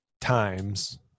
times